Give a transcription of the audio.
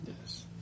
Yes